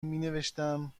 مینوشتم